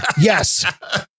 Yes